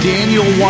Daniel